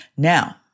Now